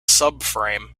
subframe